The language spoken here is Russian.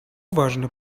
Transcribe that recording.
важно